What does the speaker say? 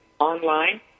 online